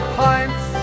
pints